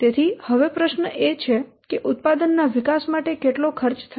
તેથી હવે પ્રશ્ન એ છે કે ઉત્પાદનના વિકાસ માટે કેટલો ખર્ચ થશે